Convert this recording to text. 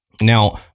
Now